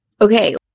okay